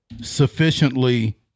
sufficiently